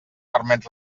permet